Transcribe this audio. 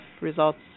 results